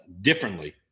differently